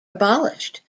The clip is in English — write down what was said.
abolished